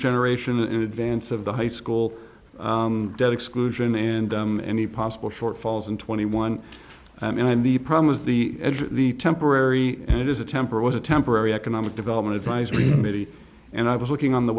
generation in advance of the high school debt exclusion and any possible shortfalls in twenty one and the problem is the the temporary and it is a temper was a temporary economic development advisory committee and i was looking on the